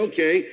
Okay